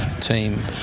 team